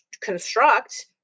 construct